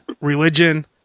religion